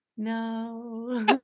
No